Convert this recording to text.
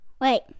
Wait